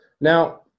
Now